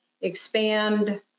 expand